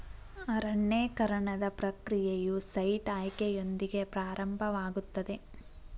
ಅರಣ್ಯೇಕರಣದ ಪ್ರಕ್ರಿಯೆಯು ಸೈಟ್ ಆಯ್ಕೆಯೊಂದಿಗೆ ಪ್ರಾರಂಭವಾಗುತ್ತದೆ